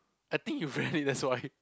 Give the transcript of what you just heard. I think you read it that's why